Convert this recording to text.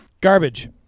Garbage